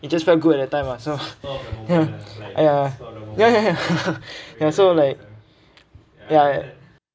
it just good at that time lah so ya ya ya ya ya ya so like ya